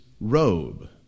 robe